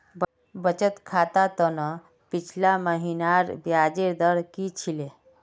बचत खातर त न पिछला महिनार ब्याजेर दर की छिले